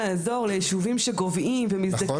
זה יהיה ישוב שהוא ישוב קהילתי.